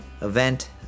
event